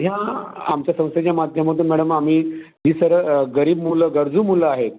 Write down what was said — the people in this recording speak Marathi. ह्या आमच्या संस्थेच्या माध्यमातून मॅडम आम्ही ही सर्व गरीब मुलं गरजू मुलं आहेत